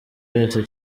wese